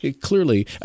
clearly